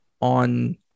on